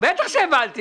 בטח שהבנתי.